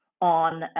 on